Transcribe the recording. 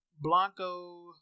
Blanco